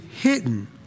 hidden